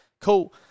Cool